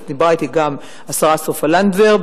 דיברה אתי גם השרה סופה לנדבר,